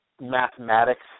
mathematics